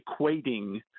equating